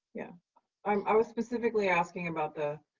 yeah um i was specifically asking about the,